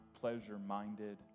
pleasure-minded